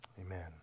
amen